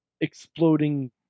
exploding